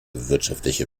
wirtschaftliche